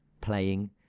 playing